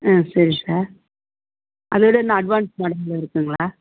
ம் சரி சார் அதை விட இன்னும் அட்வான்ஸ் மாடல் இருக்குங்களா